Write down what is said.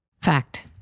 Fact